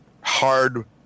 hard